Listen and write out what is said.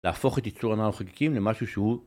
להפוך את יצור הניאו חלקיקים למשהו שהוא